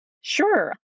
Sure